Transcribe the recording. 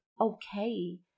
okay